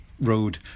road